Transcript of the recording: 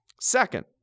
Second